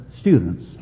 students